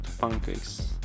pancakes